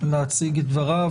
להציג את דבריו.